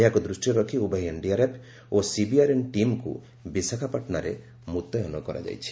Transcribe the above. ଏହାକୁ ଦୃଷ୍ଟିରେ ରଖି ଉଭୟ ଏନ୍ଡିଆର୍ଏଫ୍ ଓ ସିବିଆର୍ଏନ୍ ଟିମ୍କୁ ବିଶାଖାପାଟଣାରେ ମୁତୟନ କରାଯାଇଛି